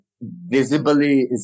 visibly